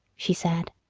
she said.